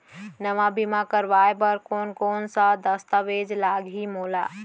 नवा बीमा करवाय बर कोन कोन स दस्तावेज लागही मोला?